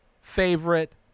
favorite